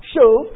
show